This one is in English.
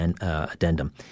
Addendum